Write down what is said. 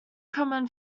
common